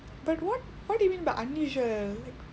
but what what do you mean by unusual